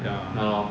ya